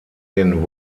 den